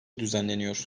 düzenleniyor